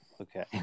okay